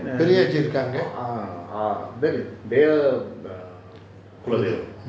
பெரியாச்சி இருகாங்க:periyaachi irukanga